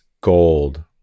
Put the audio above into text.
gold